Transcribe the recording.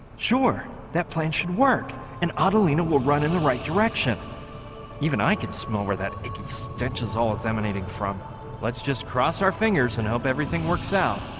sure that plan should work and adelina will run in the right direction even i can smell her that it can stench is all is emanating from let's just cross our fingers, and hope everything works out